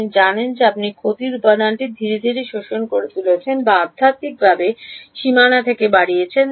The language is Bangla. আপনি জানেন যে আপনি ক্ষতির উপাদানটি ধীরে ধীরে শোষণ করে তুলছেন বা আধ্যাত্মিকভাবে সীমানা থেকে বাড়িয়েছেন